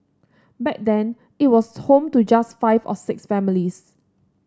back then it was home to just five or six families